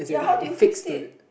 as in like it fix to